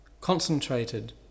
concentrated